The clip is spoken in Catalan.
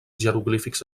jeroglífics